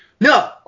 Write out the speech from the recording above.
No